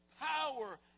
Power